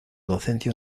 docencia